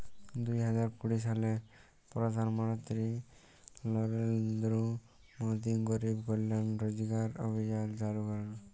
দু হাজার কুড়ি সালে পরধাল মলত্রি লরেলদ্র মোদি গরিব কল্যাল রজগার অভিযাল চালু ক্যরেল